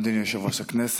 אדוני יושב-ראש הכנסת,